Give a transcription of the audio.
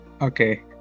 Okay